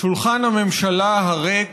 שולחן הממשלה הריק